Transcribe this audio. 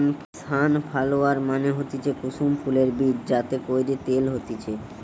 sunflower মানে হতিছে কুসুম ফুলের বীজ যাতে কইরে তেল হতিছে